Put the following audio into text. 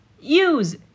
use